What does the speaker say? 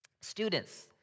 students